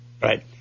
Right